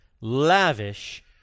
lavish